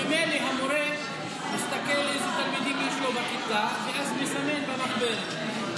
ממילא המורה מסתכל איזה תלמידים יש לו בכיתה ואז מסמן במחברת.